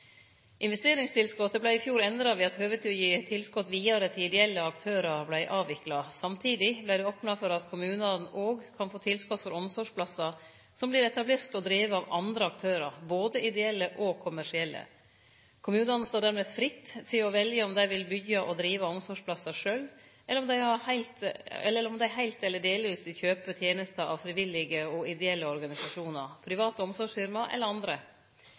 Investeringstilskotet vart i fjor endra, ved at høvet til å gi tilskot vidare til ideelle aktørar vart avvikla. Samtidig vart det opna for at kommunane òg kan få tilskot for omsorgsplassar som vert etablerte og drivne av andre aktørar, både ideelle og kommersielle. Kommunane står dermed fritt til å velje om dei vil byggje og drive omsorgsplassar sjølve, eller om dei heilt eller delvis vil kjøpe tenesta av frivillige og ideelle organisasjonar, private omsorgsfirma eller andre.